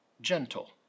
gentle